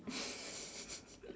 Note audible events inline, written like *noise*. *noise*